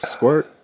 Squirt